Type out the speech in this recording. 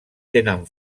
tenen